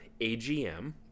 AGM